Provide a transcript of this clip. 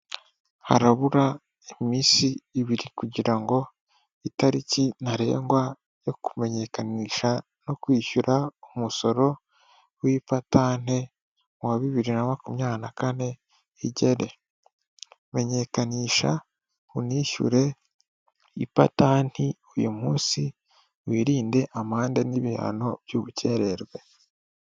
Harabura iminsi ibiri kugira ngo itariki ntarengwa yo kumenyekanisha no kwishyura umusoro w'ipatante wa bibiri na makumyabiri na kane igere, menyekanisha unishyure ipatanti uyu munsi wirinde amande n'ibihano by'ubukererwe.